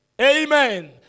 Amen